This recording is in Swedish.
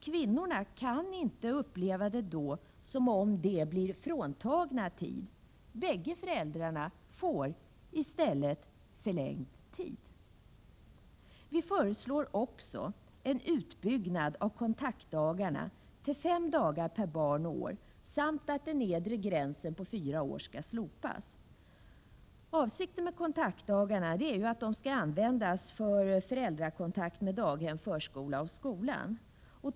Kvinnorna kan då inte uppleva det som att de blir fråntagna tid. Bägge föräldrarna får i stället förlängd tid. Vi föreslår också en utbyggnad av kontaktdagarna till fem dagar per barn och år samt att den nedre gränsen på fyra år skall slopas. Avsikten med kontaktdagarna är ju att de skall användas för föräldrakontakt med daghem, förskola och skola.